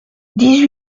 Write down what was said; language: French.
dix